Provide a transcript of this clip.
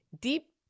deep